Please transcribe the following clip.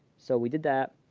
so we did that.